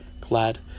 glad